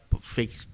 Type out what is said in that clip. fake